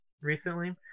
Recently